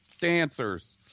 dancers